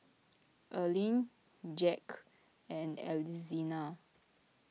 Erline Jack and Alzina